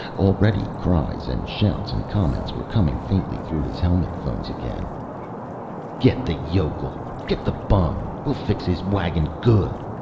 already cries and shouts and comments were coming faintly through his helmet phones again get the yokel! get the bum. we'll fix his wagon good.